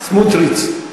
סמוטריץ.